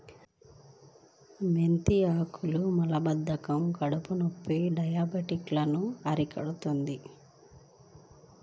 మెంతి ఆకులు మలబద్ధకం, కడుపునొప్పి, డయాబెటిస్ లను అరికడుతుంది